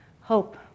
hope